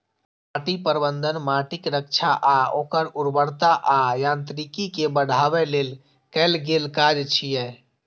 माटि प्रबंधन माटिक रक्षा आ ओकर उर्वरता आ यांत्रिकी कें बढ़ाबै लेल कैल गेल काज छियै